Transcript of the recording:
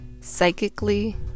psychically